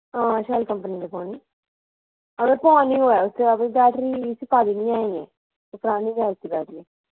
हां cell company दी पोआनी अगर पोआनी होऐ तुसें बैटरी इस्सी पाए दी निं ऐ अजें परानी गै उसदी बैटरी